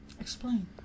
Explain